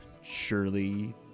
Surely